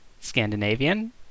Scandinavian